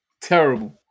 Terrible